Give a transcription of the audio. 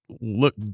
look